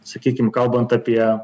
sakykim kalbant apie